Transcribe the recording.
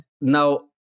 Now